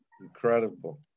Incredible